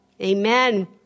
Amen